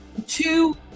Two